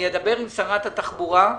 ועם שרת התחבורה.